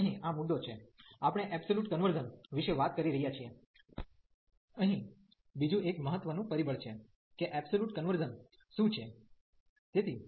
તેથી અહીં આ મુદ્દો છે આપણે એબ્સોલ્યુટ કન્વર્ઝન convergence વિશે વાત કરી રહ્યા છીએ અહીં બીજું એક મહત્ત્વનું પરિબળ છે કે એબ્સોલ્યુટ કન્વર્ઝન convergence શું છે